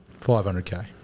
500k